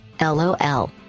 LOL